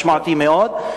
משמעותי מאוד,